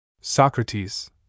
Socrates